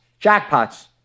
Jackpots